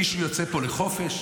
מישהו יוצא פה לחופש?